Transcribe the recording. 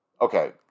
okay